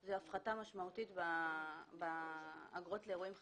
זה הפחתה משמעותית באגרות לאירועים חד-פעמיים.